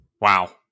Wow